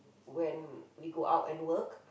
when we go out and work